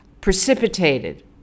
precipitated